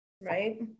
Right